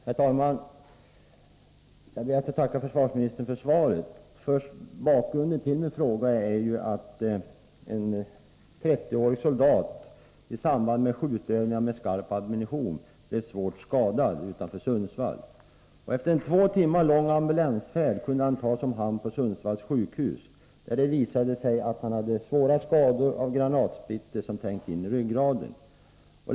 Herr talman! Jag ber att få tacka försvarsministern för svaret. Bakgrunden till min fråga är att en 30-årig soldat blev svårt skadad i samband med skjutövningar med skarp ammunition utanför Sundsvall. Efter en två timmar lång ambulansfärd kunde han tas om hand på Sundsvalls sjukhus, där det visade sig att han hade svåra skador av granatsplitter som trängt in i ryggraden.